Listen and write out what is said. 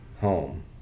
home